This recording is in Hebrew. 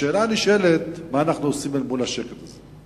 השאלה הנשאלת, מה אנו עושים אל מול השקט הזה?